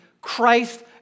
Christ